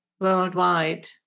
worldwide